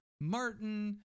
martin